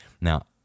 Now